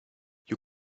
you